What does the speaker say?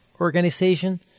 organization